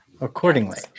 accordingly